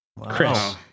Chris